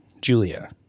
Julia